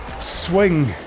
swing